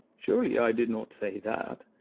surely i did not say that!